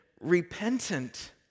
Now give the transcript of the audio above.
repentant